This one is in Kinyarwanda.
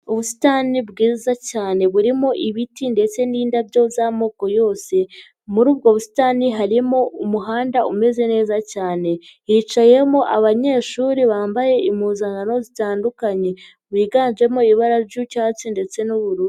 Ubusitani bwiza cyane burimo ibiti ndetse n'indabyo z'amoko yose. Muri ubwo busitani harimo umuhanda umeze neza cyane. Hicayemo abanyeshuri bambaye impuzankano zitandukanye, biganjemo ibara ry'icyatsi ndetse n'ubururu.